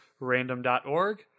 random.org